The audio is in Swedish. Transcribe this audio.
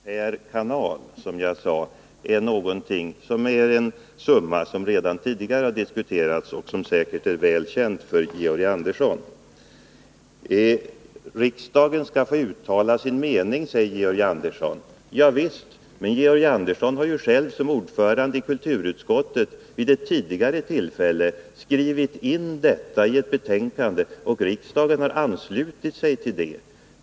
Herr talman! 7 kr. per kanal, som jag nämnde, är en summa som diskuterats redan tidigare och som säkert är väl känd för Georg Andersson. Riksdagen skall få uttala sin mening, säger Georg Andersson. Ja visst, men Georg Andersson har själv som ordförande i kulturutskottet vid ett tidigare tillfälle skrivit in detta i ett betänkande, och riksdagen har anslutit sig till det.